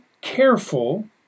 careful